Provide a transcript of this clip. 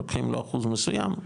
לוקחים לו אחוז מסוים,